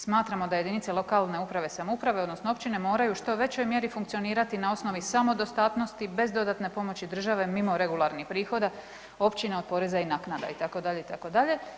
Smatramo da jedinice lokalne uprave i samouprave odnosno općine moraju u što većoj mjeri funkcionirati na osnovi samodostatnosti bez dodatne pomoći države mimo regularnih prihoda općina od poreza i naknada itd., itd.